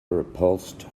repulsed